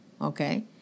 okay